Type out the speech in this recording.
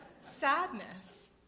sadness